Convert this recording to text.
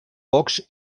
pocs